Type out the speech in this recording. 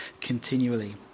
continually